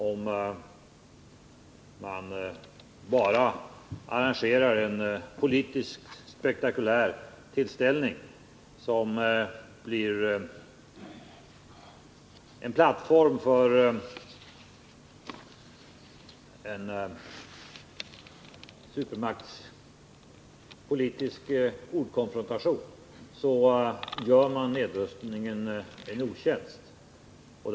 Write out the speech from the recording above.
Om man bara arrangerar en politiskt spektakulär tillställning som blir en plattform för en supermaktspolitisk ordkonfrontation så gör man nedrustningen en otjänst.